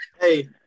Hey